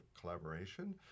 collaboration